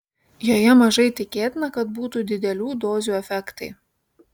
joje mažai tikėtina kad būtų didelių dozių efektai